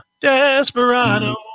Desperado